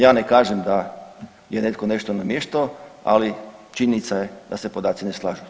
Ja ne kažem da je netko nešto namještao, ali činjenica je da se podaci ne slažu.